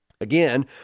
Again